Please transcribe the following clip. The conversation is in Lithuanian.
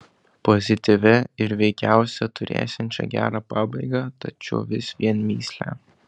pozityvia ir veikiausia turėsiančia gerą pabaigą tačiau vis vien mįsle